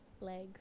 legs